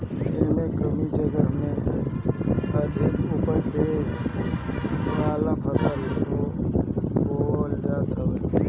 एमे कम जगही में अधिका उपज देवे वाला फसल बोअल जात बाटे